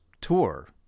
tour